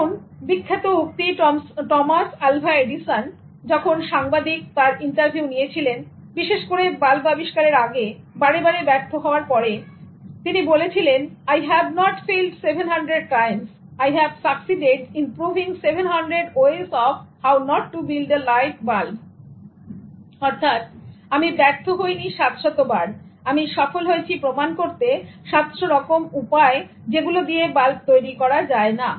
দেখুন বিখ্যাত উক্তি টমাস আলভা এডিসন যখন সাংবাদিক তার ইন্টারভিউ নিয়েছিলেন বিশেষ করে বাল্ব আবিষ্কারের আগে বারেবারে ব্যর্থ হওয়ার পরেতিনি বলেছিলেন "I have not failed seven hundred times I've succeeded in proving seven hundred ways of how not to build a light bulb" অর্থাৎ আমি ব্যর্থ হইনি সাত শত বার আমি সফল হয়েছি প্রমাণ করতে 700 রকম উপায় আছে যেগুলো দিয়ে বাল্ব তৈরি করা যায় না